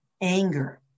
anger